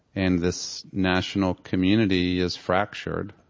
and this national community is fractured.